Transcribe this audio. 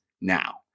now